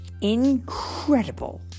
incredible